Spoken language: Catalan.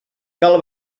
cal